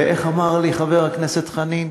ואיך אמר לי חבר הכנסת חנין?